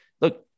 look